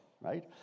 right